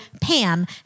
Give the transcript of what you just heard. PAM